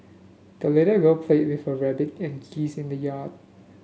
the little girl played with her rabbit and geese in the yard